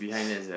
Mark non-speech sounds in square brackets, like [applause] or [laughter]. [noise]